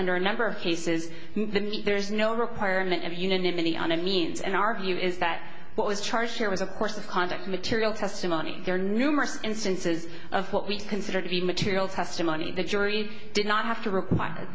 under a number of cases there is no requirement of unanimity on a means and our view is that what was charged here was a course of conduct material testimony there are numerous instances of what we consider to be material testimony the jury did not have to require